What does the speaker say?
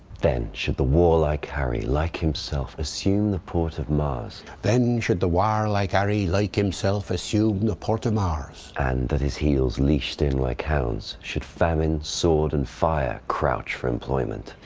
then should the warlike harry, like himself, assume the port of mars. then should the warlike harry, like himself, assume the port of mars. and at his heels, leashed in like hounds, should famine, sword, and fire crouch for employment.